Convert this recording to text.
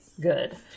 good